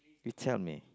you tell me